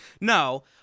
no